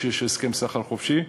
כשיש הסכם סחר חופשי.